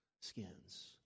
skins